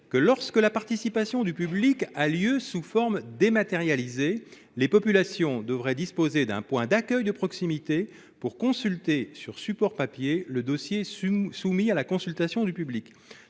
que, lorsque la participation du public a lieu sous une forme dématérialisée, les populations devaient disposer d'un point d'accueil de proximité pour consulter sur support papier le dossier soumis à la consultation du public.